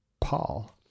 Paul